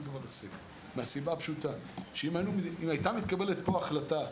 זה כבר הישג; מהסיבה הפשוטה שאם הייתה מתקבלת פה החלטה,